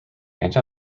anti